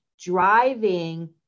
driving